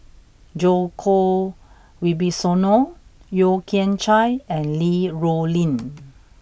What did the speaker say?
Djoko Wibisono Yeo Kian Chye and Li Rulin